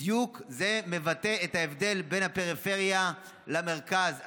זה מבטא בדיוק את ההבדל בין הפריפריה למרכז,